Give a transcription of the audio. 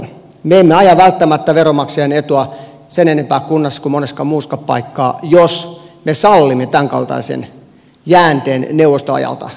me emme aja välttämättä veronmaksajien etua sen enempää kunnassa kuin monessa muussakaan paikassa jos me sallimme tämänkaltaisen jäänteen neuvostoajalta suomessa